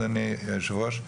אדוני היושב ראש,